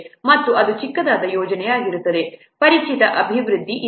ಮತ್ತು ಅದು ಚಿಕ್ಕದಾದ ಯೋಜನೆಯಾಗಿದ್ದಾರೆ ಪರಿಚಿತ ಅಭಿವೃದ್ಧಿ ಇದೆ